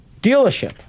dealership